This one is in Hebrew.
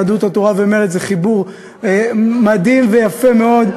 יהדות התורה ומרצ זה חיבור מדהים ויפה מאוד.